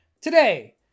Today